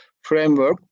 framework